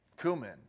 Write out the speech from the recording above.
cumin